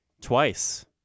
twice